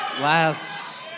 last